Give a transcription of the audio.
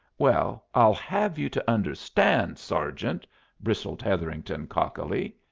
well, i'll have you to understand, sergeant bristled hetherington, cockily.